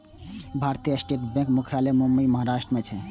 भारतीय स्टेट बैंकक मुख्यालय मुंबई, महाराष्ट्र मे छै